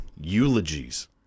eulogies